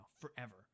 forever